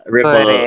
Ripple